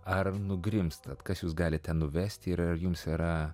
ar nugrimztat kas jus galite nuvesti ir jums yra